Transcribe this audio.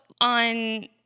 on